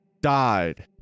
died